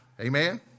Amen